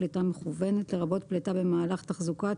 "פליטה מכוונת" לרבות פליטה במהלך תחזוקה,